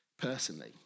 personally